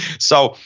so,